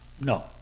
no